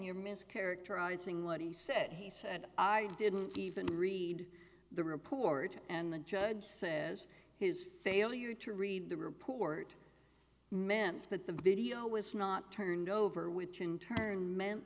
you're mischaracterizing what he said he said i didn't even read the report and the judge says his failure to read the report meant that the video was not turned over which in turn meant